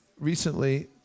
recently